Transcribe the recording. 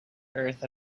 earth